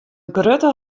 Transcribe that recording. grutte